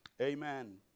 Amen